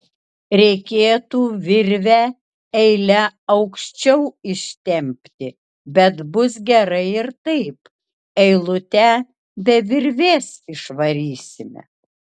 reikėtų virvę eile aukščiau ištempti bet bus gerai ir taip eilutę be virvės išvarysime